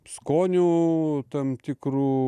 skonių tam tikrų